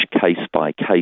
case-by-case